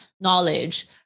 knowledge